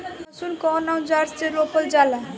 लहसुन कउन औजार से रोपल जाला?